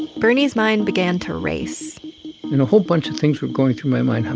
bernie's mind began to race and a whole bunch of things were going through my mind. um